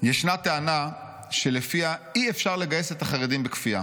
"ישנה טענה שלפיה אי-אפשר לגייס את החרדים בכפייה.